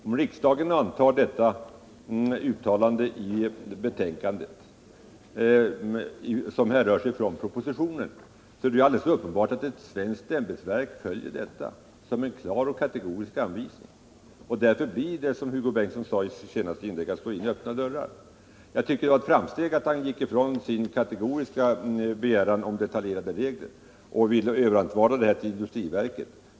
Om riksdagen antar detta uttalande i betänkandet, som härrör sig från propositionen, är det alldeles klart att ett svenskt ämbetsverk följer det som en klar och kategorisk anvisning. Att gå på den linje som Hugo Bengtsson förordade i sitt inlägg är som sagt att slå in öppna dörrar. Jag tycker det var ett framsteg att han gick ifrån sin kategoriska begäran om detaljerade regler och vill överlåta tillämpningen på industriverket.